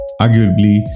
Arguably